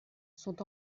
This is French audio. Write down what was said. sont